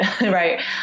right